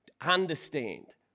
understand